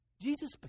Jesus